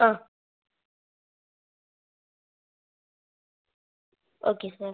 ആ okay sir